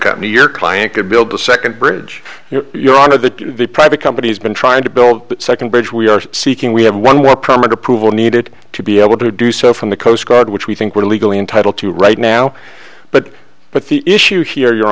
company your client could build the second bridge you're on to the private company has been trying to build that second bridge we are seeking we have one will permit approval needed to be able to do so from the coast guard which we think we are legally entitled to right now but but the issue here your